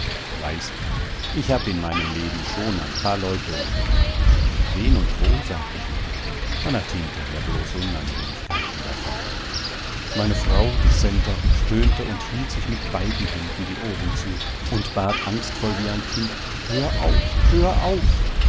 weißt ich hab in meinem leben schon ein paar leute umgebracht wen und wo sag ich nicht man hat hinterher bloß unannehmlichkeiten davon meine frau die centa stöhnte und hielt sich mit beiden händen die ohren zu und bat angstvoll wie ein kind hör auf hör auf